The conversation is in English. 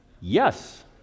Yes